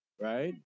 right